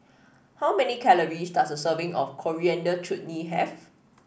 how many calories does a serving of Coriander Chutney have